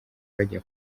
bajya